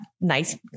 nice